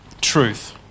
truth